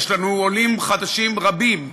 יש לנו עולים חדשים רבים,